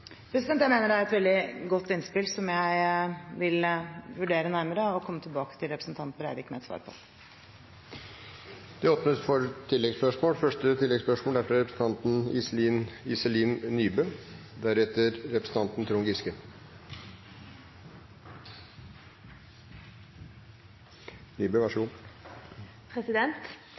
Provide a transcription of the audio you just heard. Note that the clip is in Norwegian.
Jeg mener det er et veldig godt innspill, som jeg vil vurdere nærmere og komme tilbake til representanten Breivik med et svar på. Det åpnes for oppfølgingsspørsmål – først Iselin Nybø. Som representanten